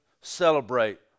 celebrate